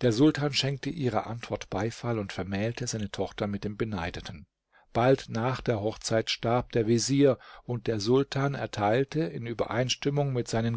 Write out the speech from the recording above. der sultan schenkte ihrer antwort beifall und vermählte seine tochter mit dem beneideten bald nach der hochzeit starb der vezier und der sultan erteilte in übereinstimmung mit seinen